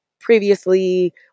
previously